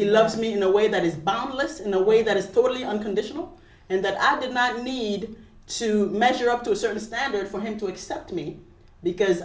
he loves me in a way that is boundless in a way that is totally unconditional and that i did not mean to measure up to a certain standard for him to accept me because